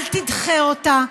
אל תדחה אותה,